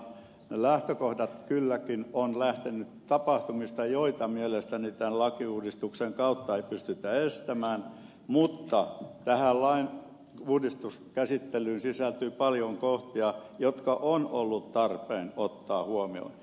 ne lähtökohdat ovat kylläkin lähteneet tapahtumista joita mielestäni tämän lakiuudistuksen kautta ei pystytä estämään mutta tähän lakiuudistukseen sisältyy paljon kohtia jotka on ollut tarpeen ottaa huomioon